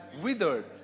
withered